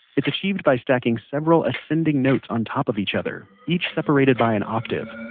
it's achieved by stacking several ascending notes on top of each other. each separated by an octave.